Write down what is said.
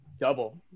Double